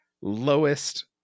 lowest